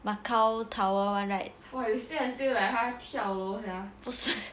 macau tower [one] right